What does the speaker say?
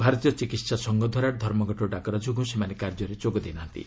ଭାରତୀୟ ଚିକିତ୍ସା ସଂଘ ଦ୍ୱାରା ଧର୍ମଘଟ ଡାକରା ଯୋଗୁଁ ସେମାନେ କାର୍ଯ୍ୟରେ ଯୋଗ ଦେଇନାହାନ୍ତି